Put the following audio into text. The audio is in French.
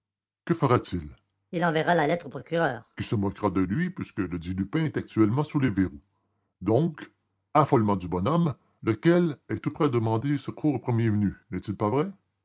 que fera-t-il il enverra la lettre au procureur qui se moquera de lui puisque le dit lupin est actuellement sous les verrous donc affolement du bonhomme lequel est tout prêt à demander secours au premier venu n'est-il pas vrai